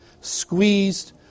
squeezed